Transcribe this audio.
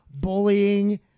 bullying